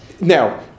Now